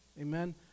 Amen